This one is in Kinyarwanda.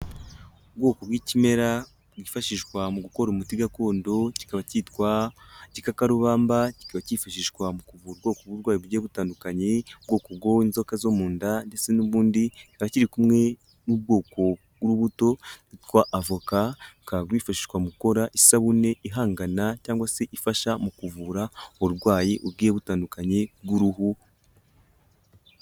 Ubwoko bw'ikimera bwifashishwa mu gukora umuti gakondo kikaba cyitwa igikakarubamba kikaba cyifashishwa mu kuvura bw'uburwayi bugiye butandukanye, ubwoko bwo inzoka zo mu nda ndetse n'ubundi, kikaba kiri kumwe n'ubwoko bw'urubuto rwitwa avoka, rukaba rwifashishwa mu gukora isabune ihangana cyangwa se ifasha mu kuvura uburwayi bugiye butandukanye bw'uruhu.